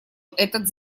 этот